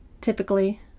typically